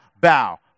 bow